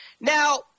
Now